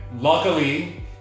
luckily